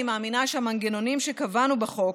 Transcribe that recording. אני מאמינה שהמנגנונים שקבענו בחוק,